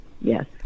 Yes